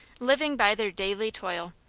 living by their daily toil.